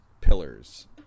pillars